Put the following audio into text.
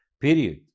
period